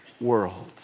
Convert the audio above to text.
world